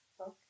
Okay